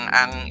ang